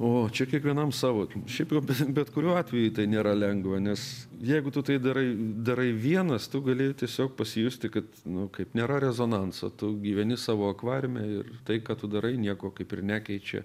o čia kiekvienam savo šiaip jau bet kuriuo atveju tai nėra lengva nes jeigu tu tai darai darai vienas tu gali tiesiog pasijusti kad nu kaip nėra rezonanso tu gyveni savo akvariume ir tai ką tu darai nieko kaip ir nekeičia